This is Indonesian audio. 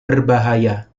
berbahaya